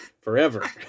forever